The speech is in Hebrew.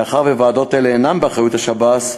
מאחר שוועדות אלה אינן באחריות השב"ס,